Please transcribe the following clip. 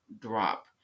drop